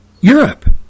Europe